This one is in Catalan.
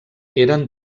eren